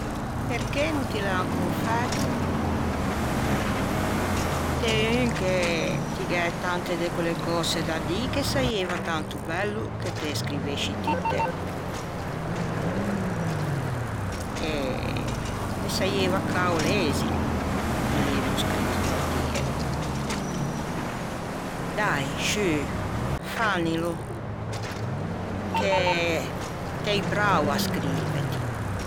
Perché no ti l'æ ancon fæto? T'ê un che ti gh'æ tante de quelle cöse da dî che saieiva tanto bello che ti ê scrivesci tutte e, me saieiva cao lezilo un libbro scrito da tie. Dai sciù fannilo, che t'ê brao à scrive ti.